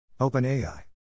OpenAI